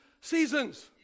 seasons